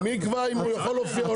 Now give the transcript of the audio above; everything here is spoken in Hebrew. מי יקבע אם הוא יכול להופיע או לא?